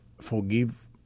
forgive